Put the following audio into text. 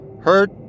Hurt